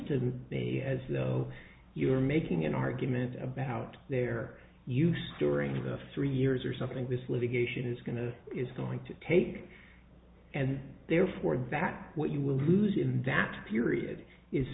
to me as though you're making an argument about their use during the three years or something this litigation is going to is going to take and therefore that what you will lose in that period is